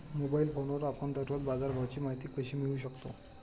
Mobile फोनवर आपण दररोज बाजारभावाची माहिती कशी मिळवू शकतो?